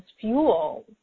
fuel